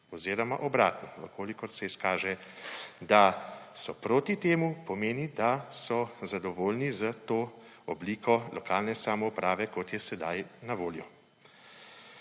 Oziroma obratno, če se izkaže, da so proti temu, pomeni, da so zadovoljni s to obliko lokalne samouprave, kot je sedaj na voljo.